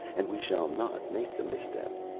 and we shall not make the misstep.